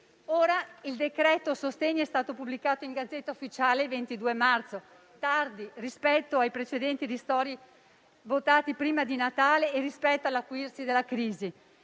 Ora il decreto sostegni è stato pubblicato in *Gazzetta Ufficiale* il 22 marzo, tardi rispetto ai precedenti ristori votati prima di Natale e rispetto all'acuirsi della crisi,